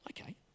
okay